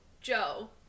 Joe